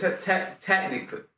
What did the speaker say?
technically